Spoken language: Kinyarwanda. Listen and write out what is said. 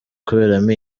kuberamo